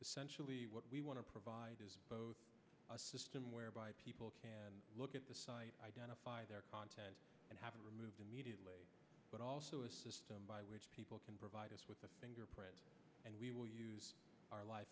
sensually what we want to provide is a system whereby people can look at the site identify their content and have removed immediately but also a system by which people can provide us with a fingerprint and we will use our life